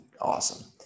awesome